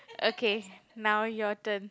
okay now your turn